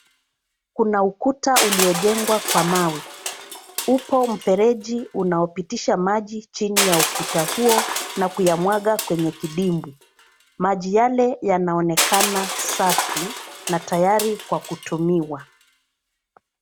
Kuna ukuta uliojengwa kwa mawe. Upo mfereji unaopitisha maji chini ya ukuta huo na kuyamwaga kwenye kidimbwi. Maji yale yanaonekana safi na tayari kwa kutumiwa.